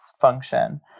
function